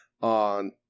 on